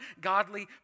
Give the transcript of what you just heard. godly